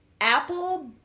Apple